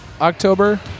October